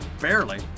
barely